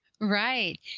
Right